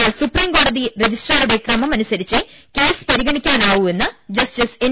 എന്നാൽ സുപ്രീംകോടതി രജിസ്ട്രിയുടെ ക്രമമനുസരിച്ചേ കേസ് പരിഗണിക്കാനാവൂവെന്ന് ജസ്റ്റിസ് എൻ